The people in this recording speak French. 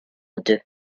deux